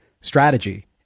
strategy